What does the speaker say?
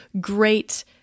great